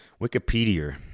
Wikipedia